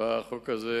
בחוק הזה,